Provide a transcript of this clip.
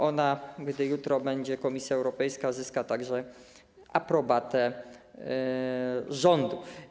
Ona, gdy jutro będzie Komisja Europejska, zyska także aprobatę rządu.